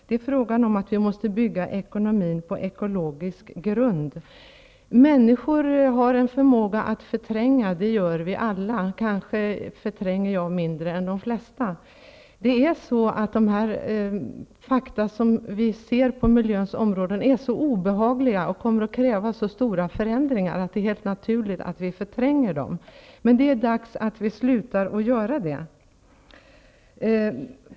Det är fråga om att bygga ekonomin på ekologisk grund. Alla vi människor har en förmåga att förtränga. Kanske förtränger jag mindre än de flesta andra. De fakta som vi ser på miljöns område är så obehagliga och kommer att kräva så stora förändringar att det är helt naturligt att vi förtränger dem, men det är dags att vi slutar att göra det.